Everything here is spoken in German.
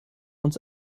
uns